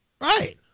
Right